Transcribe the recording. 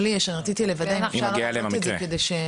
אם מגיע אליהם המקרה.